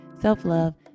self-love